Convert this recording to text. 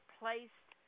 placed